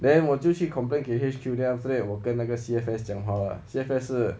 then 我就去 complain 给 H_Q then after that 我跟那个 C_F_S 讲话 lah C_F_S 是